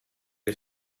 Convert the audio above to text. che